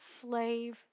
Slave